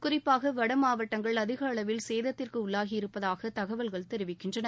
குறிப்பாக வட மாவட்டங்கள் அதிக அளவில் சேதத்திற்கு உள்ளாகி இருப்பதாக தகவல்கள் தெரிவிக்கின்றன